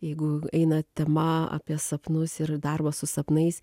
jeigu eina tema apie sapnus ir darbą su sapnais